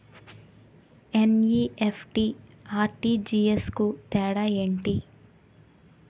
NEFT, RTGS కు తేడా ఏంటి?